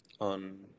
on